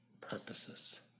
purposes